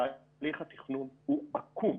תהליך התכנון הוא עקום.